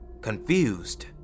Confused